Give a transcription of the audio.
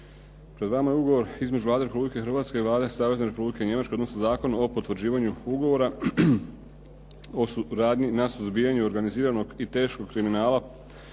Pred vama je Ugovor između Vlade Republike Hrvatske i Vlade Savezne Republike Njemačke, odnosno Zakon o potvrđivanju ugovora o suradnji na suzbijanju organiziranog i teškog kriminala